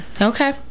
Okay